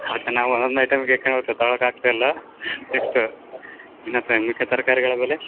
ಅದಕ್ಕೆ ನಾವು ಒಂದೊಂದು ಐಟಮ್ಗೆ ಕೇಳ್ಬೇಕು ತಗೊಳಕ್ಕೆ ಆಗ್ತಾಯಿಲ್ಲ ನೆಕ್ಸ್ಟು ಇನ್ನು ಮಿಕ್ಕ ತರಕಾರಿಗಳ ಬೆಲೆ